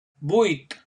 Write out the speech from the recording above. vuit